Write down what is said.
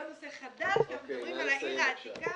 נושא חדש וכי אנחנו מדברים על העיר העתיקה.